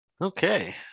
Okay